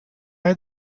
had